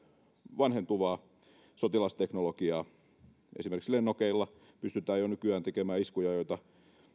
vanhentuvaa sotilasteknologiaa esimerkiksi lennokeilla pystytään jo nykyään tekemään iskuja joita